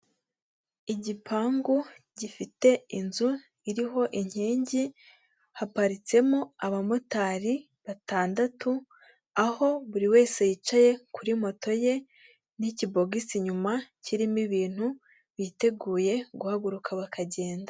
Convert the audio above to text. Igipangu gifite inzu iriho inkingi, haparitsemo abamotari batandatu, aho buri wese yicaye kuri moto ye n'ikibogisi inyuma kirimo ibintu, biteguye guhaguruka bakagenda.